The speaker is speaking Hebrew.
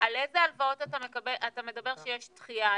על איזה הלוואות אתה מדבר שיש דחייה,